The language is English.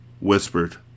Whispered